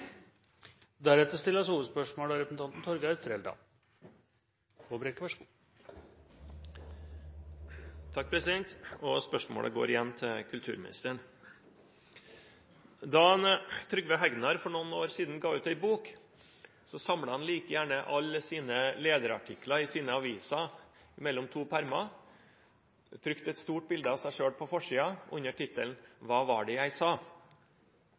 Spørsmålet går igjen til kulturministeren. Da Trygve Hegnar for noen år siden ville gi ut en bok, samlet han like gjerne alle sine lederartikler i sine aviser mellom to permer og trykte et stort bilde av seg selv på forsiden under tittelen: «Hva var det jeg sa?»